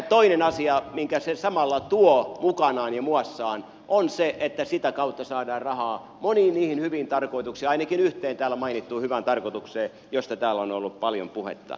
toinen asia minkä se samalla tuo mukanaan ja muassaan on se että sitä kautta saadaan rahaa moniin hyviin tarkoituksiin ainakin yhteen täällä mainittuun hyvään tarkoitukseen josta täällä on ollut paljon puhetta